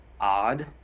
odd